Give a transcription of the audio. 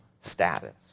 status